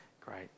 Great